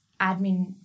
admin